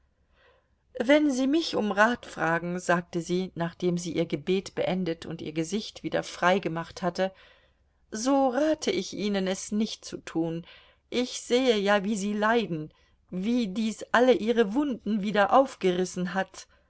wenn sie mich um rat fragen sagte sie nachdem sie ihr gebet beendet und ihr gesicht wieder frei gemacht hatte so rate ich ihnen es nicht zu tun ich sehe ja wie sie leiden wie dies alle ihre wunden wieder aufgerissen hat